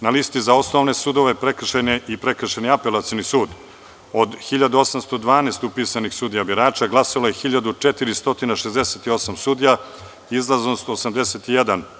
Na listi za osnovne sudove i Prekršajni apelacioni sud, od 1.812 upisanih sudija birača, glasalo je 1.468 sudija, izlaznost – 81%